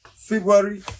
February